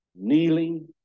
kneeling